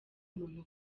muntu